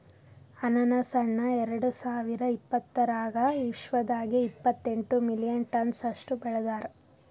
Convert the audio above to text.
ಅನಾನಸ್ ಹಣ್ಣ ಎರಡು ಸಾವಿರ ಇಪ್ಪತ್ತರಾಗ ವಿಶ್ವದಾಗೆ ಇಪ್ಪತ್ತೆಂಟು ಮಿಲಿಯನ್ ಟನ್ಸ್ ಅಷ್ಟು ಬೆಳದಾರ್